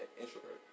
introvert